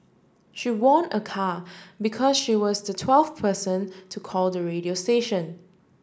she won a car because she was the twelfth person to call the radio station